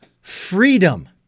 freedom—